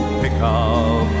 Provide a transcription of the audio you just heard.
pickup